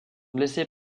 blessés